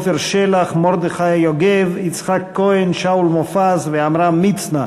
ציון יום ההוקרה לחיילי המילואים בכנסת,